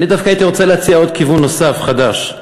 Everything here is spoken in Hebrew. ואני דווקא הייתי רוצה להציע כיוון נוסף, חדש,